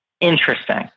Interesting